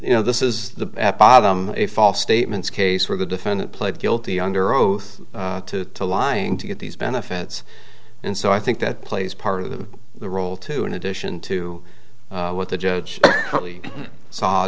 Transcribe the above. you know this is the bottom a false statements case where the defendant pled guilty under oath to lying to get these benefits and so i think that plays part of the the role too in addition to what the judge saw